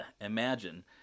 Imagine